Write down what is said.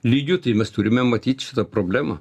lygiu tai mes turime matyt šitą problemą